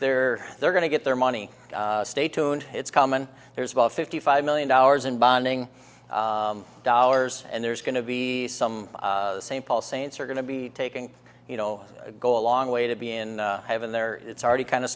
there they're going to get their money stay tuned it's common there's about fifty five million dollars in bonding dollars and there's going to be some st paul saints are going to be taking you know go a long way to be in heaven there it's already kind of